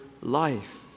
life